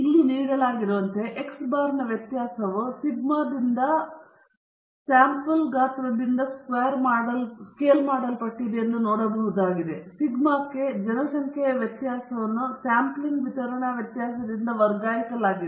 ಇಲ್ಲಿ ನೀಡಲಾಗಿರುವಂತೆ x ಬಾರ್ನ ವ್ಯತ್ಯಾಸವು ಸಿಗ್ಮಾದಿಂದ ಸ್ಯಾಂಪಲ್ ಗಾತ್ರದಿಂದ ಸ್ಕೇಲ್ ಮಾಡಲ್ಪಟ್ಟಿದೆ ಎಂದು ನೋಡಬಹುದಾಗಿದೆ ಸಿಗ್ಮಾಕ್ಕೆ ಜನಸಂಖ್ಯೆಯ ವ್ಯತ್ಯಾಸವನ್ನು ಸ್ಯಾಂಪ್ಲಿಂಗ್ ವಿತರಣಾ ವ್ಯತ್ಯಾಸದಿಂದ ವರ್ಗಾಯಿಸಲಾಗಿದೆ